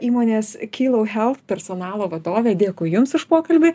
įmonės kilo health personalo vadovė dėkui jums už pokalbį